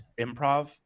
improv